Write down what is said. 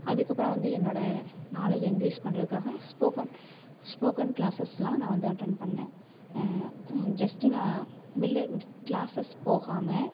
அதுக்கப்புறம் வந்து என்னோடய நாலேஜ் இன்கிரீஸ் பண்ணுறதுக்காக ஸ்போக்கன் ஸ்போக்கன் கிளாசஸ்லாம் நான் வந்து அட்டன் பண்ணேன் ஜஸ்ட் நான் வெளியில் கிளாசஸ் போகாமல்